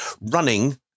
running